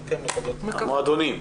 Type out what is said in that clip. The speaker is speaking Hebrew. מועדונים.